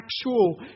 actual